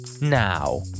now